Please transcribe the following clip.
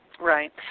Right